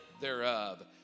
thereof